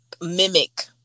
mimic